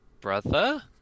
brother